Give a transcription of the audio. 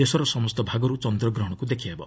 ଦେଶର ସମସ୍ତ ଭାଗରୁ ଚନ୍ଦ୍ରଗ୍ରହଣକୁ ଦେଖିହେବ